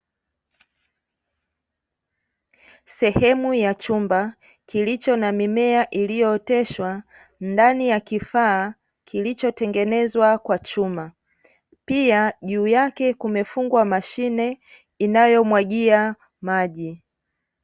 Sehemu ya chumba kilicho na mimea iliyooteshwa ndani ya kifaa kilichotengenezwa kwa chuma. Pia juu yake kumefungwa mashine inayomwagia maji.